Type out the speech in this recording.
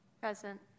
Present